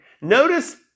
Notice